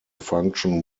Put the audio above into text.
function